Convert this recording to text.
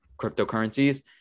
cryptocurrencies